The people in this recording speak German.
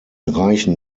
reichen